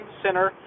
center